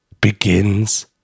begins